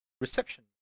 reception